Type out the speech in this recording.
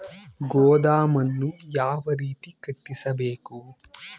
ಗೋದಾಮನ್ನು ಯಾವ ರೇತಿ ಕಟ್ಟಿಸಬೇಕು?